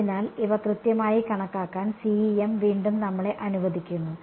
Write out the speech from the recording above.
അതിനാൽ ഇവ കൃത്യമായി കണക്കാക്കാൻ CEM വീണ്ടും നമ്മളെ അനുവദിക്കുന്നു